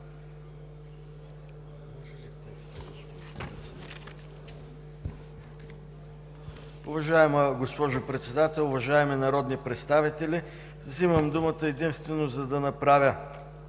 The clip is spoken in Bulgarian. Уважаема госпожо Председател, уважаеми народни представители! Вземам думата единствено, за да направя